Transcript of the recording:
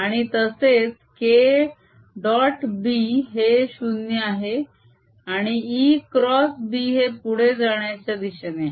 आणि तसेच k dot b हे 0 आहे आणि e क्रॉस b हे पुढे जाण्याच्या दिशेने आहे